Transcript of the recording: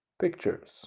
Pictures